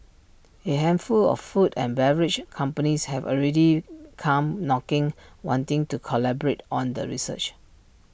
A handful of food and beverage companies have already come knocking wanting to collaborate on the research